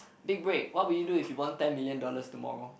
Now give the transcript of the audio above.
big break what would you do if you won ten million dollars tomorrow